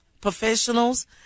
Professionals